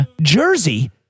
Jersey